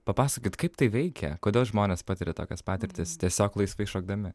papasakokit kaip tai veikia kodėl žmonės patiria tokias patirtis tiesiog laisvai šokdami